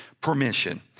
permission